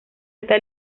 está